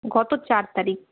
গত চার তারিখ